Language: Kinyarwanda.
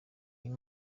iyi